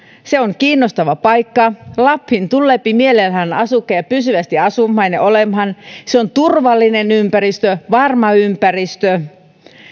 se on kiinnostava paikka lappiin tulee mielellään asukkaita pysyvästi asumaan ja olemaan se on turvallinen ympäristö varma ympäristö